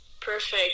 perfect